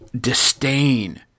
disdain